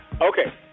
okay